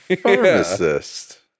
Pharmacist